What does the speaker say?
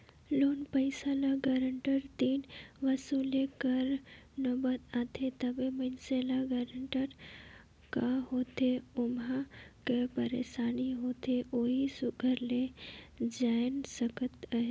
loan पइसा ल guarantor तीर वसूले कर नउबत आथे तबे मइनसे ल गारंटर का होथे ओम्हां का पइरसानी होथे ओही सुग्घर ले जाएन सकत अहे